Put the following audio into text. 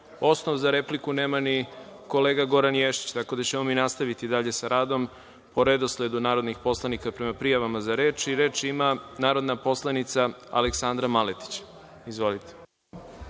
osnov za repliku nema ni kolega Goran Ješić. Tako da, nastavićemo dalje sa radom po redosledu narodnih poslanika prema prijavama za reč. Reč ima narodna poslanica Aleksandra Maletić. Izvolite.